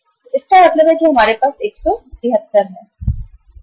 तो इसका मतलब है कि हमारे पास 173 है